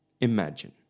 Imagine